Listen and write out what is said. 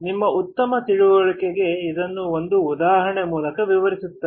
ನಿಮ್ಮ ಉತ್ತಮ ತಿಳುವಳಿಕೆಗೆ ಇದನ್ನು ಒಂದು ಉದಾಹರಣೆ ಮೂಲಕ ವಿವರಿಸಲಾಗಿದೆ